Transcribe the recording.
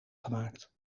gemaakt